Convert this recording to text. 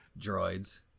droids